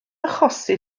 achosi